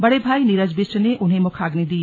बड़े भाई नीरज बिष्ट ने उन्हें मुखाग्नि दी